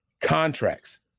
contracts